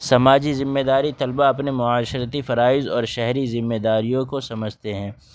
سماجی ذمےداری طلبا اپنے معاشرتی فرائض اور شہری ذمےداریوں کو سمجھتے ہیں